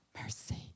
mercy